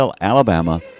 Alabama